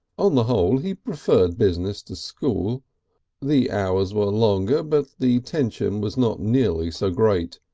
on the whole he preferred business to school the hours were longer but the tension was not nearly so great.